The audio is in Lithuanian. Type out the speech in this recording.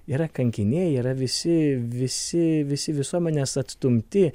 yra kankiniai yra visi visi visi visuomenės atstumti